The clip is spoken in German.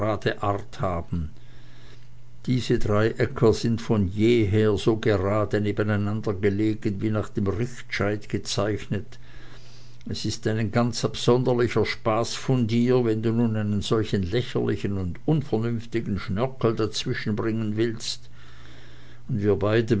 art haben diese drei acker sind von jeher so grade nebeneinander gelegen wie nach dem richtscheit gezeichnet es ist ein ganz absonderlicher spaß von dir wenn du nun einen solchen lächerlichen und unvernünftigen schnörkel dazwischenbringen willst und wir beide